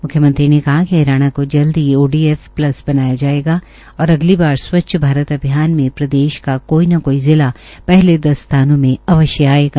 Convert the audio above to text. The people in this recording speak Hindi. म्ख्यमंत्री ने कहा कि हरियाणा को जल्द ही ओडीएफ प्लस बनाया जायेगा और अगली बार स्वच्छ भारत अभियान में प्रदेश का कोई न कोई जिला पहले दस स्थानों में आवश्य आयेगा